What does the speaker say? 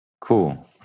Cool